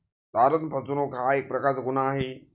तारण फसवणूक हा एक प्रकारचा गुन्हा आहे